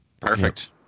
Perfect